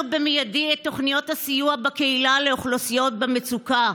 במיידי את תוכניות הסיוע בקהילה לאוכלוסיות במצוקה.